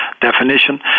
definition